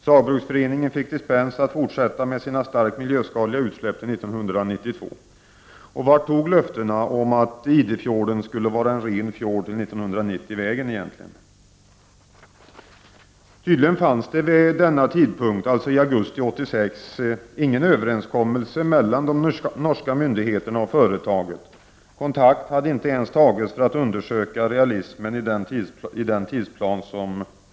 Saugbrugsforeningen fick dispens att fortsätta med sina starkt miljöskadliga utsläpp till 1992. Vart tog löftena om att Idefjorden skulle vara en ren fjord 1990 vägen? Tydligen fanns det vid denna tidpunkt, dvs. i augusti 1986, ingen överenskommelse mellan de norska myndigheterna och företaget. Kontakt hade inte ens tagits för att undersöka realismen i tidsplanen.